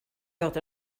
fod